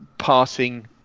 Passing